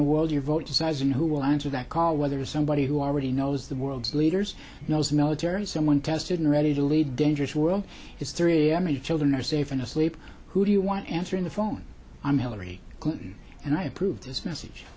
the world your vote the size and who will answer that call whether somebody who already knows the world's leaders knows the military someone tested and ready to lead dangerous world it's three am and children are safe and asleep who do you want answering the phone i'm hillary clinton and i approve this message